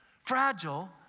fragile